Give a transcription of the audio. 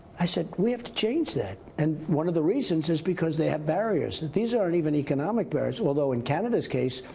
i said we have to change that. and one of the reasons is because they have barriers. these aren't even economic barriers. although in canada's case,